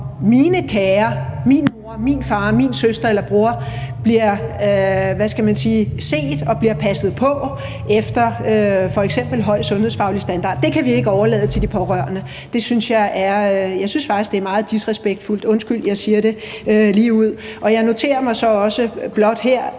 om mine kære, min mor, min far, min søster eller bror bliver, hvad skal man sige, set og bliver passet på efter f.eks. høj sundhedsfaglig standard. Det kan vi ikke overlade til de pårørende. Det synes jeg faktisk er meget disrespektfuldt, undskyld, jeg siger det ligeud. Jeg noterer mig så også blot her,